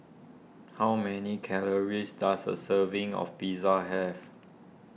how many calories does a serving of Pizza have